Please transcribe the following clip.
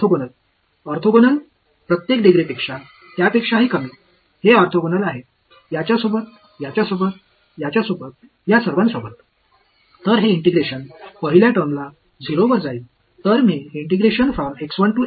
மாணவர்ஆர்த்தோகனல் ஒவ்வொரு டிகிரிக்கும் ஆர்த்தோகனல் அதை விட குறைவாக இருக்கும் இது இந்த பையனுக்கு ஆர்த்தோகனல் இந்த பையன் இந்த பையன் இந்த பையன்கள் அனைவருக்கும்